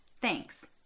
Thanks